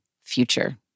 future